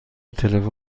تلفن